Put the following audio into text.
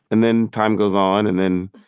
and then time goes on. and then,